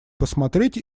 посмотреть